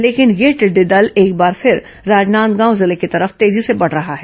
लेकिन यह टिडडी दल एक बार राजनांदगांव जिले की तरफ तेजी से बढ रहा है